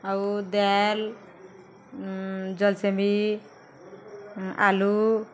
ଆଉ ଦାଏଲ୍ ଜଲ୍ସେମୀ ଆଲୁ